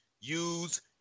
use